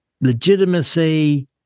legitimacy